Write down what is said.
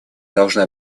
должна